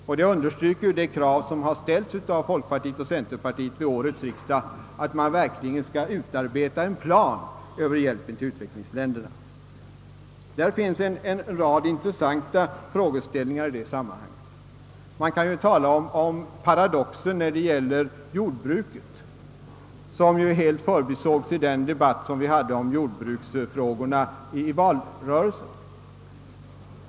Detta understryker det krav som ställts av folkpartiet och centerpartiet vid årets riksdag, nämligen att man verkligen utarbetar en plan över hjälpen till u-länderna. Det finns en rad intressanta frågeställningar i detta sammanhang. Man kan tala om den paradox som föreligger när det gäller jordbruket och som helt förbisågs i den debatt som vi hade om jordbruksfrågorna under valrörelsen.